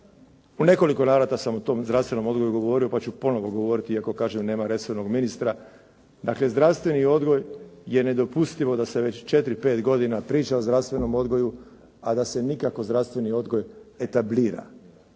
U nekoliko navrata sam o tom zdravstvenom odgoju govorio, pa ću ponovo govoriti iako kažem nema resornog ministra. Dakle, zdravstveni odgoj je nedopustivo da se već 4, 5 godina priča o zdravstvenom odgoju, a da se nikako zdravstveni odgoj etablira,